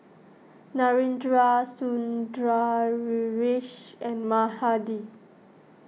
Narendra Sundaresh and Mahade